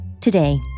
Today